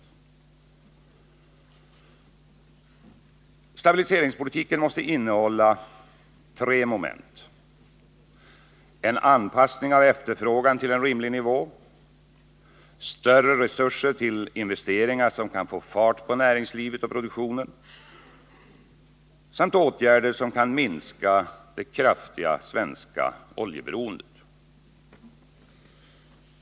Stabiliseringspolitiken måste innehålla tre moment: En anpassning av efterfrågan till rimlig nivå, större resurser till investeringar som kan få fart på näringslivet och produktionen samt åtgärder som kan minska det kraftiga svenska oljeberoendet.